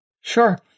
Sure